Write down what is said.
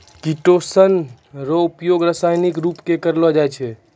chitosan रो उपयोग रासायनिक रुप से करलो जाय छै